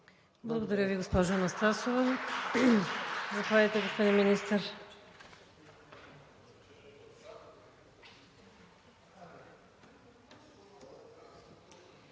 Благодаря Ви, госпожо Анастасова. Заповядайте, господин Министър.